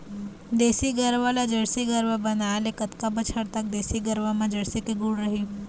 देसी गरवा ला जरसी गरवा बनाए ले कतका बछर तक देसी गरवा मा जरसी के गुण रही?